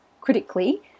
critically